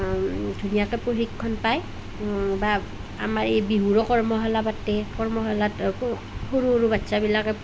ধুনীয়াকে প্ৰশিক্ষণ পায় বা আমাৰ এই বিহুৰো কৰ্মশালা পাতে কৰ্মশালাত সৰু সৰু বাচ্ছাবিলাকে